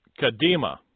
Kadima